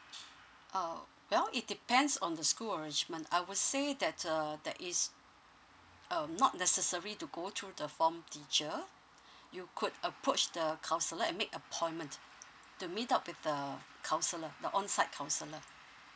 uh well it depends on the school arrangement I would say that err that is um not necessary to go through the form teacher you could approach the counsellor and make appointment to meet up with the counsellor the on site counsellor